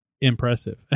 impressive